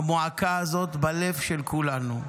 המועקה הזאת בלב של כולנו.